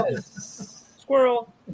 squirrel